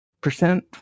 percent